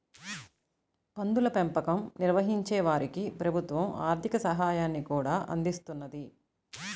పందుల పెంపకం నిర్వహించే వారికి ప్రభుత్వం ఆర్ధిక సాయాన్ని కూడా అందిస్తున్నది